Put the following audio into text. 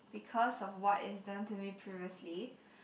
because of what it's done to me previously